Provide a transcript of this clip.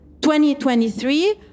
2023